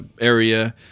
area